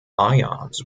ions